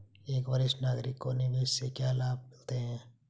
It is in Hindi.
एक वरिष्ठ नागरिक को निवेश से क्या लाभ मिलते हैं?